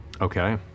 Okay